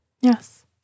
Yes